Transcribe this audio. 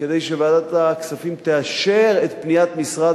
כדי שוועדת הכספים תאשר את פניית משרד